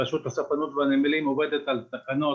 רשות הספנות והנמלים עובדת על תקנות